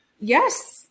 Yes